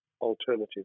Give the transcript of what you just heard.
alternative